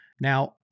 Now